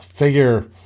Figure